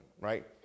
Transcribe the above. right